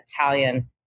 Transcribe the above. Italian